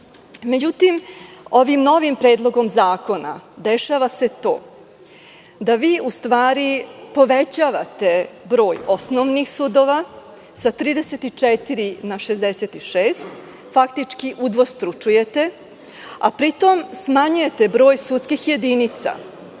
sačuvala.Međutim, ovim novim predlogom zakona, dešava se to da vi u stvari povećate broj osnovnih sudova sa 34 na 66, faktički udvostručujete, a pri tom smanjujete broj sudskih jedinica